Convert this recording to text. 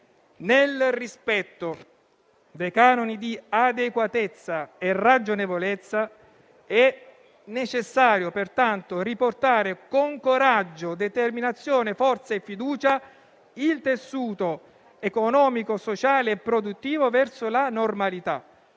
Nel rispetto dei canoni di adeguatezza e ragionevolezza, è necessario pertanto riportare con coraggio, determinazione, forza e fiducia il tessuto economico, sociale e produttivo verso la normalità.